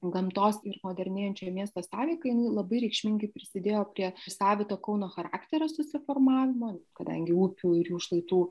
gamtos ir modernėjančio miesto sąveika jinai labai reikšmingai prisidėjo prie savito kauno charakterio susiformavimo kadangi upių ir jų šlaitų